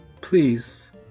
please